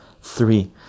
Three